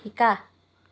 শিকা